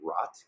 rot